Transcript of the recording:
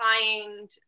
find